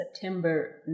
September